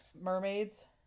Mermaids